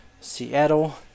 Seattle